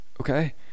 okay